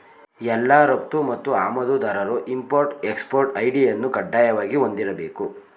ಎಲ್ಲಾ ರಫ್ತು ಮತ್ತು ಆಮದುದಾರರು ಇಂಪೊರ್ಟ್ ಎಕ್ಸ್ಪೊರ್ಟ್ ಐ.ಡಿ ಅನ್ನು ಕಡ್ಡಾಯವಾಗಿ ಹೊಂದಿರಬೇಕು